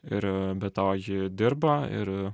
ir be to ji dirba ir